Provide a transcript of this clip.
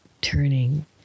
turning